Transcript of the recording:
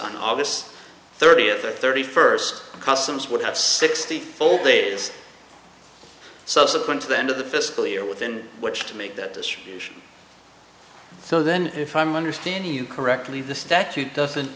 on aug thirtieth or thirty first customs would have sixty full days subsequent to the end of the fiscal year within which to make that distribution so then if i'm understanding you correctly the statute doesn't